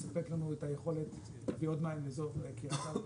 מספק לנו את היכולת להביא עוד מים לאזור קריית ארבע